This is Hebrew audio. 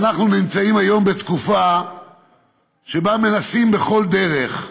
שאנחנו נמצאים היום בתקופה שבה מנסים בכל דרך,